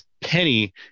penny